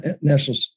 national